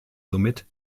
somit